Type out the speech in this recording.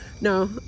No